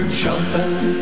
jumping